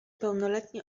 pełnoletni